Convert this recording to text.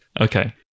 okay